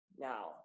now